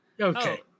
Okay